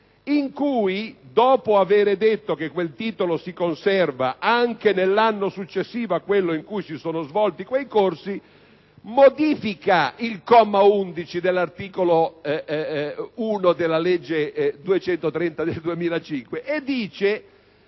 Per cui, dopo aver stabilito che quel titolo si conserva anche nell'anno successivo a quello in cui si sono svolti i corsi, modifica il comma 11 dell'articolo 1 della legge n. 230 del 2005 e